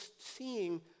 seeing